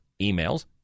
emails